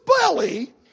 belly